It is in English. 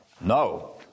No